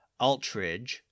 Altridge